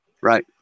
right